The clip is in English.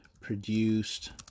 produced